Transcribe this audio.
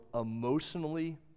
emotionally